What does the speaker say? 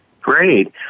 Great